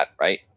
right